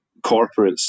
corporates